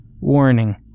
Warning